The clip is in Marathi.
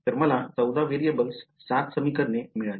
तर मला 14 व्हेरिएबल्स 7 समीकरणे मिळाली